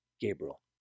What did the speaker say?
Gabriel